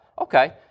Okay